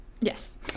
Yes